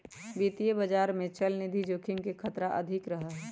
वित्तीय बाजार में चलनिधि जोखिम के खतरा अधिक रहा हई